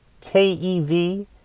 K-E-V